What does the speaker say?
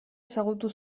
ezagutu